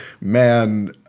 man